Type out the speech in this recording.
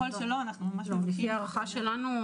לפי הערכה שלנו,